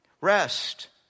Rest